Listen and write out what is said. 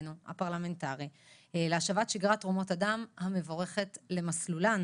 כוחנו הפרלמנטרי להשבת שגרת תרומות הדם המבורכת למסלולן.